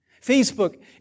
Facebook